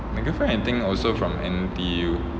the girlfriend I think also from N_T_U